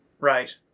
Right